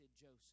Joseph